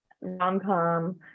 rom-com